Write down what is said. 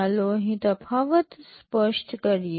ચાલો અહીં તફાવત સ્પષ્ટ કરીએ